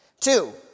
Two